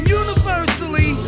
universally